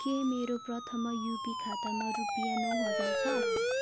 के मेरो प्रथमा युपी खातामा रुपियाँ नौ हजार छ